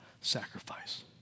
sacrifice